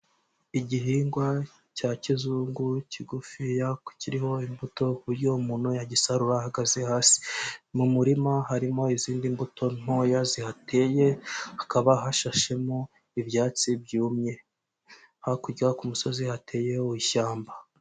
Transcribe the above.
Igihingwa cya kizungu kigufiya kiriho imbuto ku buryo umuntu yagisarura ahagaze hasi, mu murima harimo izindi mbuto ntoya zihateye, hakaba hashashemo ibyatsi byumye, hakurya ku musozi hateyeho ishyamba.